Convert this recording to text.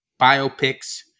biopics